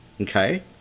okay